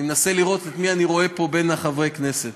אני מנסה לראות את מי אני רואה פה מבין חברי הכנסת,